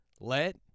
Let